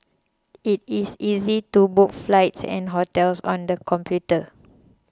it is easy to book flights and hotels on the computer